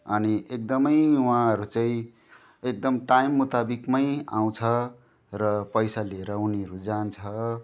अनि एकदमै उहाँहरू चाहिँ एकदम टाइम मुताबिकमै आउँछ र पैसा लिएर उनीहरू जान्छ